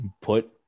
put